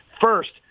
First